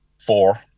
four